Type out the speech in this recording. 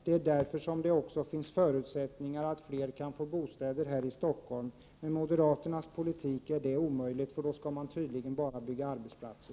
Det är också därför som det kommer att finnas förutsättningar för att fler kan få bostad här i Stockholm. Med moderaternas politik är detta omöjligt, för då skall man tydligen bara bygga arbetsplatser.